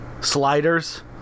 Sliders